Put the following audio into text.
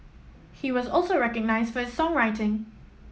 he was also recognised for his songwriting